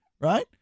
right